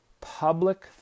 public